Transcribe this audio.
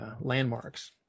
landmarks